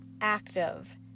active